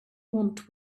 want